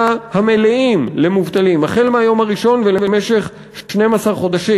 המלאים למובטלים מהיום הראשון ולמשך 12 חודשים,